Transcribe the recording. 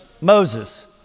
Moses